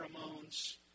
pheromones